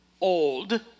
old